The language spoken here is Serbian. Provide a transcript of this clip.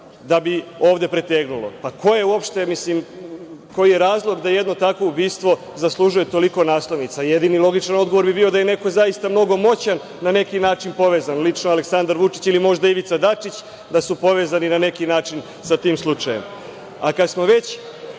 da bi ovde pretegnulo. Ko je uopšte, koji je razlog da jedno takvo ubistvo zaslužuje toliko naslovnica? Jedini logičan odgovor bi bio da je neko zaista mnogo moćan na neki način povezan, lično Aleksandar Vučić ili možda Ivica Dačić da su povezani na neki način sa tim slučajem. Kada smo već